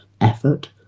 effort